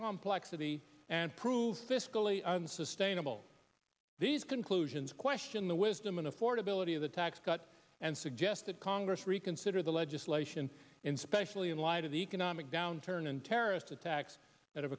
complexity and prove fiscally unsustainable these conclusions question the wisdom and affordability of the tax cut and suggest that congress reconsider the legislation in specially in light of the economic downturn and terrorist attacks that